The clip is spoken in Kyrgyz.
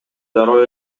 дароо